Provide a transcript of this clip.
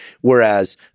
Whereas-